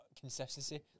consistency